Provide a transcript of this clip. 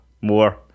more